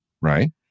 Right